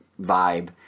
vibe